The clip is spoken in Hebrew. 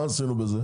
מה עשינו בזה?